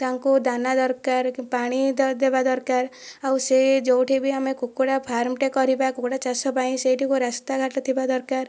ତାଙ୍କୁ ଦାନା ଦରକାର ପାଣି ଦେବା ଦରକାର ଆଉ ସେ ଯେଉଁଠି ବି ଆମେ କୁକୁଡ଼ା ଫାର୍ମଟେ କରିବା କୁକୁଡ଼ା ଚାଷ ପାଇଁ ସେଇଠିକୁ ରାସ୍ତା ଘାଟ ଥିବା ଦରକାର